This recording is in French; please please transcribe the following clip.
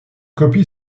copie